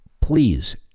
please